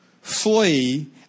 flee